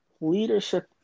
Leadership